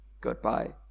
Goodbye